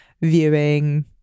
viewing